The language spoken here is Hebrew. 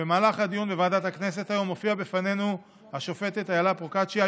שבמהלך הדיון בוועדת הכנסת היום הופיעה בפנינו השופטת אילה פרוקצ'יה,